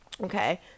Okay